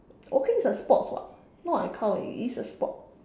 walking is a sports [what] not I count eh it is a sport